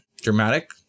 dramatic